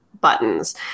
buttons